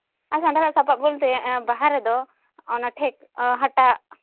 ᱟᱨ ᱠᱷᱟᱸᱰᱟ ᱫᱟᱜ ᱥᱟᱯᱟᱵ ᱵᱟᱞᱛᱮ ᱵᱟᱦᱟ ᱨᱮᱫᱚ ᱚᱱᱟ ᱴᱷᱮᱠ ᱦᱟᱴᱟᱜ